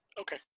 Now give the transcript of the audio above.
Okay